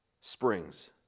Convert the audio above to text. springs